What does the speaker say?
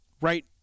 right